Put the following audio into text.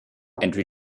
entry